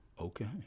Okay